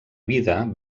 vida